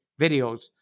videos